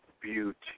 beauty